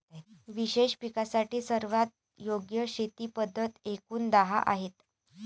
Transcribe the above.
विशेष पिकांसाठी सर्वात योग्य शेती पद्धती एकूण दहा आहेत